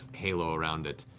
halo around it.